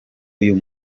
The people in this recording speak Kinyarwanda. uyu